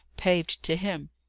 paved to him.